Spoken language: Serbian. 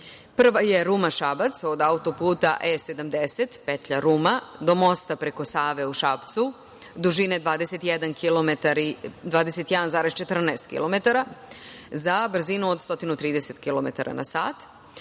Prva je Ruma-Šabac od autoputa E-70 petlja Ruma do mosta preko Save u Šapcu, dužine 21,14 km za brzinu od 130 km/s,